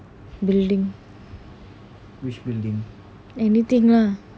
building anything lah